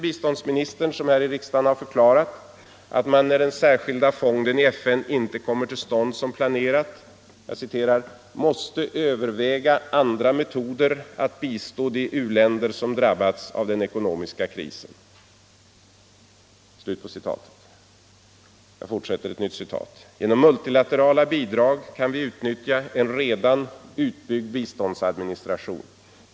Biståndsministern har förklarat här i riksdagen att man, när den särskilda fonden i FN inte kommer till stånd som planerat, ”måste överväga andra metoder att bistå de u-länder som drabbats av den ekonomiska krisen. —- Genom multilaterala bidrag kan vi utnyttja en redan utbyggd biståndsadministration.